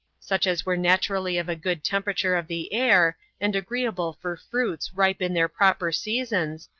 such as were naturally of a good temperature of the air, and agreeable for fruits ripe in their proper seasons,